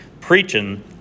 preaching